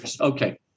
Okay